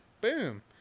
boom